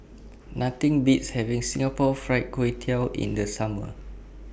Nothing Beats having Singapore Fried Kway Tiao in The Summer